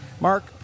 Mark